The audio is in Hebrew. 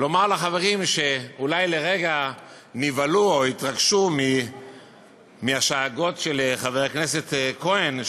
אומר לחברים שאולי לרגע נבהלו או התרגשו מהשאגות של חבר הכנסת כהן,